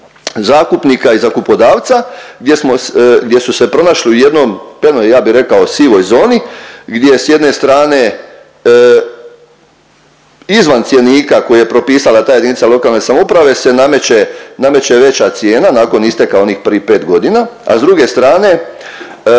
zakupnika i zakupodavca gdje su se pronašli u jednoj, ja bih rekao sivoj zoni gdje s jedne strane izvan cjenika koji je propisala ta jedinica lokalne samouprave se nameće veća cijena nakon isteka onih prvih pet godina, a s druge strane